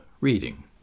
reading